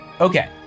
Okay